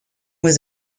was